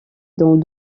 dans